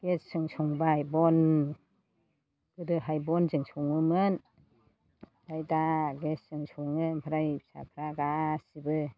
गेसजों संबाय गोदोहाय बनजों सङोमोन ओमफ्राय दा गेसजों सङो ओमफ्राय गासिबो